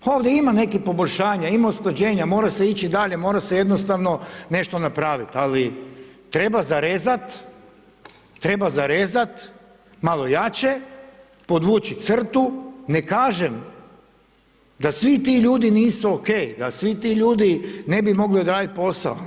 Pa ovdje ima nekih poboljšanja, ima usklađenja, mora se ići dalje, mora se jednostavno nešto napraviti ali treba zarezat, treba zarezat malo jače, podvući crtu, ne kažem da svi ti ljudi nisu ok, da svi ti ljudi ne bi mogli odraditi posao.